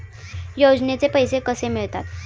योजनेचे पैसे कसे मिळतात?